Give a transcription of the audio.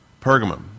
Pergamum